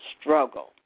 struggle